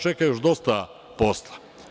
Čeka nas još dosta posla.